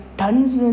tons